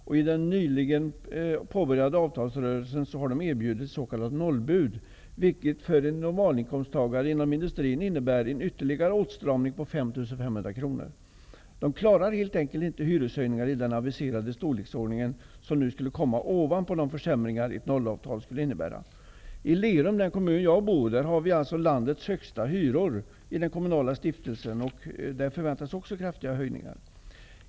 I den nyligen påbörjade avtalsrörelsen har de erbjudits ett s.k. nollbud, vilket för en normalinkomsttagare inom industrin innebär en ytterligare åtstramning på 5 500 kr. Människor klarar helt enkelt inte hyreshöjningar av den aviserade storleksordningen som skulle komma ovanpå de försämringar som ett nollavtal skulle innebära. I Lerums kommun, där jag bor, har vi landets högsta hyror i den kommunala stiftelsen. Där förväntas också kraftiga höjningar.